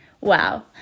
Wow